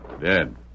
Dead